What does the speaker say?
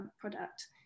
product